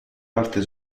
parte